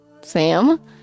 Sam